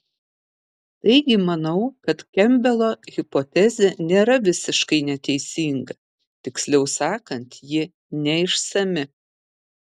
taigi manau kad kempbelo hipotezė nėra visiškai neteisinga tiksliau sakant ji neišsami